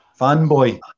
fanboy